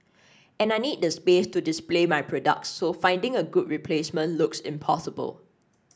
and I need the space to display my products so finding a good replacement looks impossible